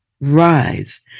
Rise